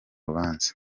rubanza